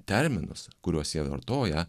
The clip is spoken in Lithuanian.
terminus kuriuos jie vartoja